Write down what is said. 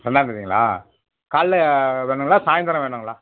ரெண்டாந்தேதிங்களா காலைல வேணுங்களா சாயந்திரம் வேணுங்களா